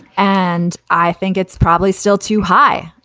and i think it's probably still too high.